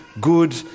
good